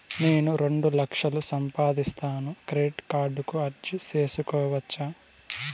నేను రెండు లక్షలు సంపాదిస్తాను, క్రెడిట్ కార్డుకు అర్జీ సేసుకోవచ్చా?